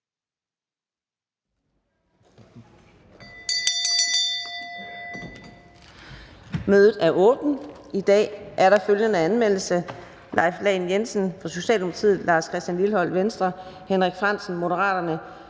Mødet er åbnet. I dag er der følgende anmeldelse: Leif Lahn Jensen (S), Lars Christian Lilleholt (V), Henrik Frandsen (M), Karina